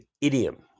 idiom